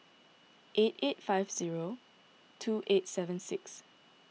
eight eight five zero two eight seven six